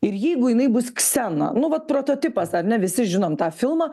ir jeigu jinai bus ksena nu vat prototipas ar ne visi žinom tą filmą